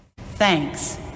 Thanks